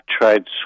tried